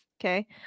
okay